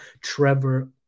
Trevor